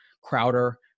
Crowder –